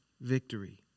victory